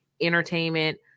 entertainment